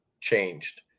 changed